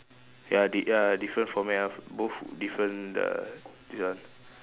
ya did ya different from me ah both different the this one